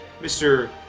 Mr